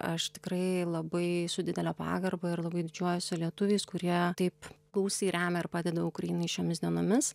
aš tikrai labai su didele pagarba ir labai didžiuojuosi lietuviais kurie taip gausiai remia ir padeda ukrainai šiomis dienomis